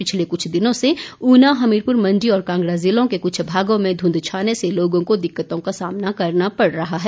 पिछले कुछ दिनो से ऊना हमीरपुर मंडी और कांगड़ा जिलों के कुछ भागों में धुंध छाने से लोगों को दिक्कतों का सामना करना पड़ रहा है